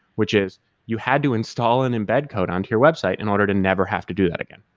which is you had to install an embed code on to your website in order to never have to do that again,